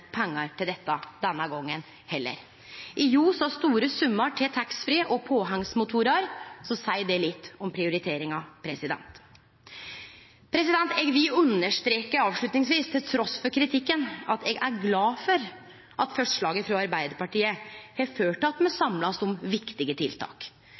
pengar til dette denne gongen heller. I ljos av store summar til taxfree og påhengsmotorar seier det litt om prioriteringa. Eg vil understreke avslutningsvis, trass i kritikken, at eg er glad for at forslaget frå Arbeidarpartiet har ført til at me